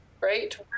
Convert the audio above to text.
right